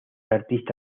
artista